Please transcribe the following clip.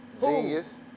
Genius